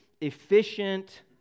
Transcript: efficient